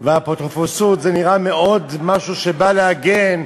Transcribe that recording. והאפוטרופסות נראה משהו שמאוד בא להגן,